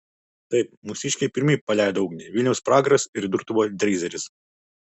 taip mūsiškiai pirmi paleido ugnį viliaus pragaras ir durtuvo dreizeris